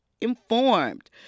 informed